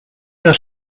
der